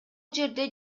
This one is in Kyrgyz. жерде